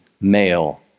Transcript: male